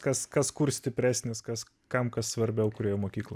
kas kas kur stipresnis kas kam kas svarbiau kurioj mokyklo